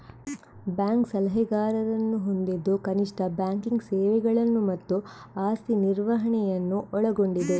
bank ಸಲಹೆಗಾರರನ್ನು ಹೊಂದಿದ್ದು ಕನಿಷ್ಠ ಬ್ಯಾಂಕಿಂಗ್ ಸೇವೆಗಳನ್ನು ಮತ್ತು ಆಸ್ತಿ ನಿರ್ವಹಣೆಯನ್ನು ಒಳಗೊಂಡಿದೆ